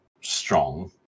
strong